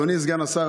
אדוני סגן השר,